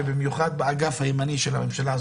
ובמיוחד באגף הימני של הממשלה,